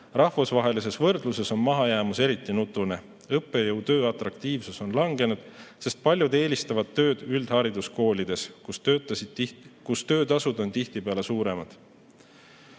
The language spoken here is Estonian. Rahvusvahelises võrdluses on mahajäämus eriti nutune. Õppejõutöö atraktiivsus on langenud, sest paljud eelistavad tööd üldhariduskoolides, kus töötasud on tihtipeale suuremad.